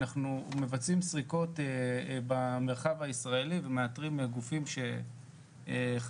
אנחנו מבצעים סריקות במרחב הישראלי ומאתרים גופים שחשופים